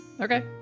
Okay